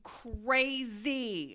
crazy